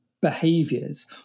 behaviors